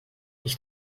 ich